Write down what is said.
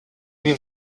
wie